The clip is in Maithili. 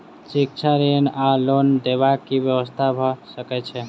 शिक्षा ऋण वा लोन देबाक की व्यवस्था भऽ सकै छै?